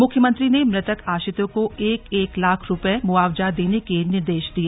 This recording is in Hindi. मुख्यमंत्री ने मृतक आश्रितों को एक एक लाख रुपये मुआवजा देने के निर्देश दिए